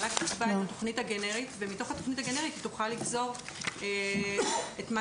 המל"ג קבעה את התכנית הגנרית ומתוכה היא תוכל לגזור את מה